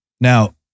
Now